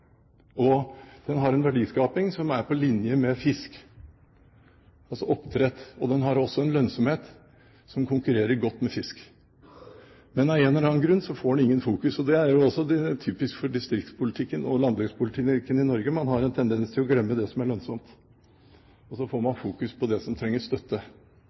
og den har en verdiskaping som er på linje med fisk, altså oppdrett, og den har en lønnsomhet som konkurrerer godt med fisk. Men av en eller annen grunn fokuseres det ikke på næringen. Det er også typisk for distriktspolitikken og landbrukspolitikken i Norge. Man har en tendens til å glemme det som er lønnsomt, og så blir det fokusert på det som trenger støtte.